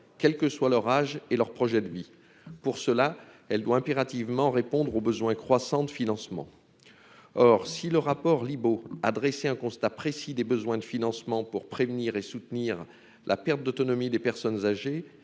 quelle que soit leur âge et leur projet de vie, pour cela, elle doit impérativement répondre aux besoins croissants de financement, or, si le rapport Libault à dresser un constat précis des besoins de financement pour prévenir et soutenir la perte d'autonomie des personnes âgées,